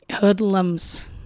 hoodlums